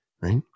right